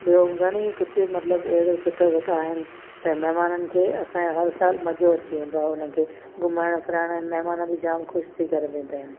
ॿियो घणेई कुझु मतिलबु अहिड़ो सुठा सुठा आहिनि ते महिमाननि खे असां हर साल मज़ो अची वेंदो आहे हुननि खे घुमण फिरण में महिमान बि जाम ख़ुशि थी करे वेंदा आहिनि